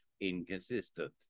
inconsistent